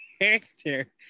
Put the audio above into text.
character